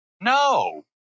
No